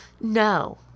No